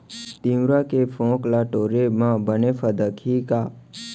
तिंवरा के फोंक ल टोरे म बने फदकही का?